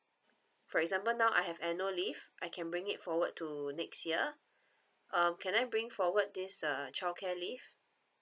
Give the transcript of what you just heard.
for example now I have annual leave I can bring it forward to next year uh can I bring forward this uh childcare leave